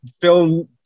film